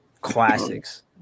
classics